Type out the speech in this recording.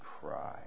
cry